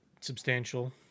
substantial